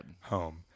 home